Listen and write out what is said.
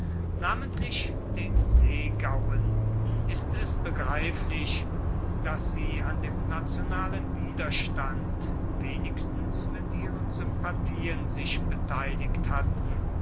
namentlich den seegauen ist es begreiflich daß sie an dem nationalen widerstand wenigstens mit ihren sympathien sich beteiligt hatten